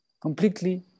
completely